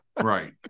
right